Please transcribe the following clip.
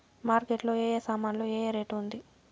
Market లో ఏ ఏ సామాన్లు ఏ ఏ రేటు ఉంది?